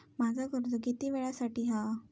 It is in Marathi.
माझा कर्ज किती वेळासाठी हा?